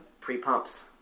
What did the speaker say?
pre-pumps